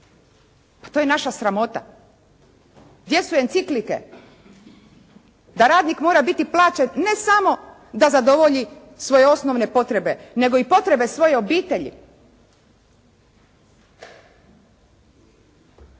Pa to je naša sramota. Gdje su enciklike da radnik mora biti plaćen ne samo da zadovolji svoje osnovne potrebe, nego i potrebe svoje obitelji.